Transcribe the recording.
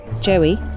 Joey